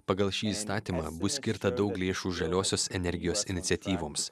pagal šį įstatymą bus skirta daug lėšų žaliosios energijos iniciatyvoms